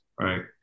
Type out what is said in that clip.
Right